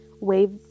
wave